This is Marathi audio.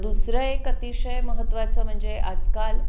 दुसरं एक अतिशय महत्त्वाचं म्हणजे आजकाल